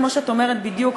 כמו שאת אומרת בדיוק,